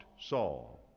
Saul